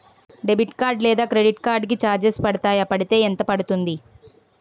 Debit card లేదా credit card కి charges పడతాయా? పడితే ఎంత పడుతుంది?